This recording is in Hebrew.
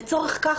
לצורך כך,